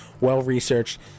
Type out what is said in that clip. well-researched